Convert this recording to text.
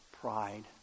Pride